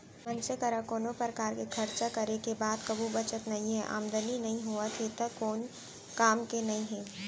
मनसे करा कोनो परकार के खरचा करे के बाद कभू बचत नइये, आमदनी नइ होवत हे त कोन काम के नइ हे